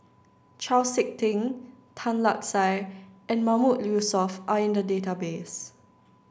Chau Sik Ting Tan Lark Sye and Mahmood Yusof are in the database